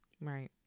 Right